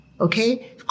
Okay